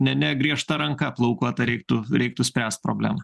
ne ne griežta ranka plaukuota reiktų reiktų spręst problemą